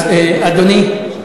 אז, אדוני,